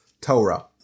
Torah